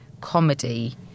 comedy